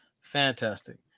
fantastic